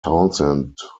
townsend